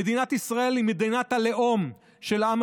"מדינת ישראל היא מדינת הלאום של העם